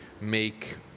make